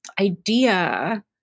idea